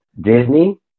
Disney